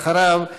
ואחריו,